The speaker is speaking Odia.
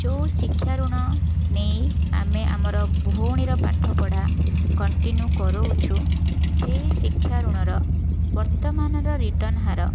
ଯେଉଁ ଶିକ୍ଷା ଋଣ ନେଇ ଆମେ ଆମର ଭଉଣୀର ପାଠପଢ଼ା କଣ୍ଟିନ୍ୟୁ କରୁଅଛୁ ସେହି ଶିକ୍ଷା ଋଣର ବର୍ତ୍ତମାନର ରିଟର୍ନ ହାର